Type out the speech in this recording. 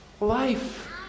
life